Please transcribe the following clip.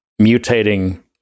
mutating